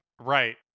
Right